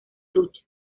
lucha